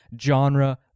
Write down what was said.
genre